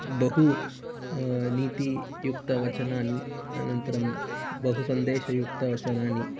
बहु नीतियुक्तवचनानि अनन्तरं बहु सन्देशयुक्तवचनानि